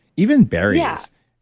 even berries. yeah